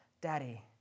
Daddy